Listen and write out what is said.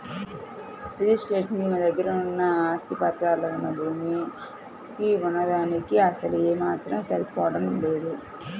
registration కి మా దగ్గర ఉన్న ఆస్తి పత్రాల్లో వున్న భూమి వున్న దానికీ అసలు ఏమాత్రం సరిపోడం లేదు